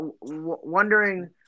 wondering –